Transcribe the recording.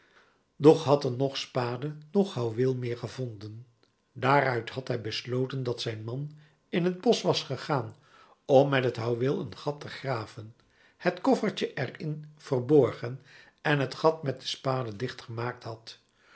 doch had er noch spade noch houweel meer gevonden daaruit had hij besloten dat zijn man in het bosch was gegaan om met het houweel een gat te graven het koffertje er in verborgen en het gat met de spade dicht gemaakt had